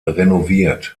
renoviert